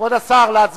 אנחנו עוברים להצבעה.